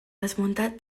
desmuntat